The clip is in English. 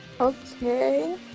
Okay